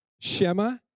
Shema